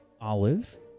Olive